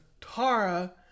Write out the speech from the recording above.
Tara